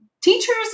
teachers